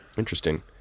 interesting